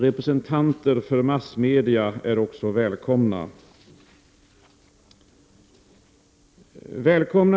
Representanter för massmedia är välkomna.